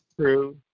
true